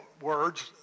words